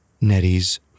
Nettie's